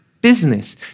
business